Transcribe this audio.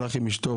נסע עם אשתו,